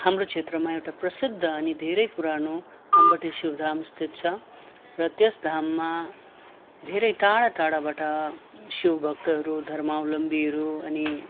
हाम्रो क्षेत्रमा एउटा प्रसिद्ध अनि धेरै पुरानो अम्बोटे शिवधाम अवस्थित छ र त्यस धाममा धेरै टाडा टाडाबाट शिवभक्तहरू धर्मावलम्बीहरू अनि